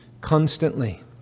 constantly